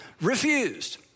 refused